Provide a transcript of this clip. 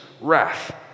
wrath